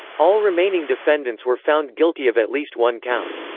all remaining defendants were found guilty of at least one count.